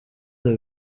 the